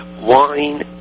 wine